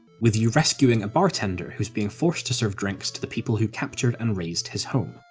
with you rescuing a bartender who's being forced to serve drinks to the people who captured and razed his home,